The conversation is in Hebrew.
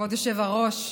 כבוד היושב-ראש,